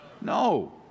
No